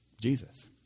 Jesus